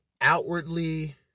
outwardly